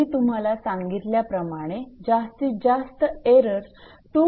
मी तुम्हाला सांगितल्याप्रमाणे जास्तीत जास्त एरर 2 इतका असेल